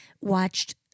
watched